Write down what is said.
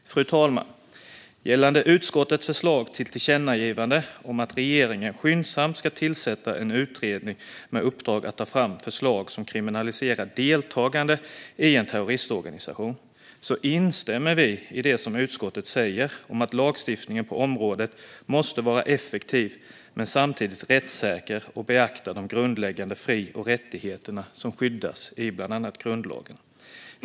Fru talman! Gällande utskottets förslag till tillkännagivande om att regeringen skyndsamt ska tillsätta en utredning med uppdrag att ta fram förslag som kriminaliserar deltagande i en terroristorganisation instämmer vi i det som utskottet säger: Lagstiftningen på området måste vara effektiv men samtidigt rättssäker och beakta de grundläggande fri och rättigheter som skyddas i bland annat grundlagen.